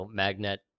magnet